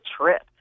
trip